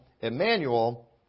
Emmanuel